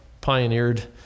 pioneered